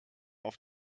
auf